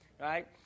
right